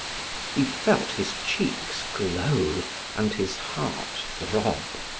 he felt his cheeks glow and his heart throb.